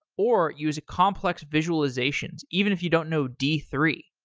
or use complex visualizations even if you don't know d three.